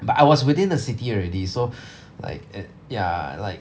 but I was within the city already so like e~ ya like